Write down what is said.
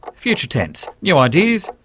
future tense new ideas,